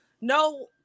no